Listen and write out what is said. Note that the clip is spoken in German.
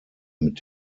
mit